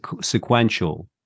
sequential